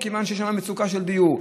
מכיוון שיש שם מצוקה של דיור.